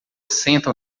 sentam